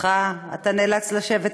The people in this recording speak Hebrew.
חובתך אתה נאלץ לשבת פה,